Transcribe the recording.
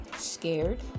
scared